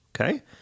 Okay